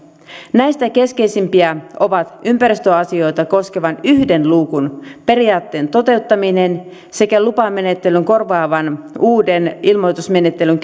näistä keskeisimpiä ovat ympäristöasioita koskevan yhden luukun periaatteen toteuttaminen sekä lupamenettelyn korvaavan uuden ilmoitusmenettelyn